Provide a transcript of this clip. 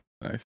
Nice